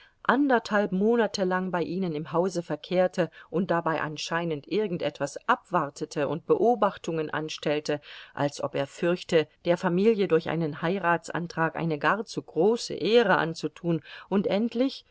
anderthalb monate lang bei ihnen im hause verkehrte und dabei anscheinend irgend etwas abwartete und beobachtungen anstellte als ob er fürchte der familie durch einen heiratsantrag eine gar zu große ehre anzutun und endlich